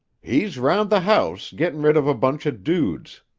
he's round the house, gettin' rid of a bunch of dudes.